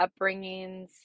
upbringings